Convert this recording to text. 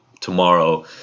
tomorrow